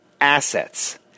assets